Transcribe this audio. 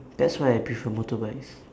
that's why I prefer motorbikes